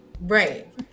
right